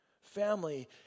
Family